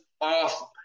awesome